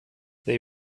they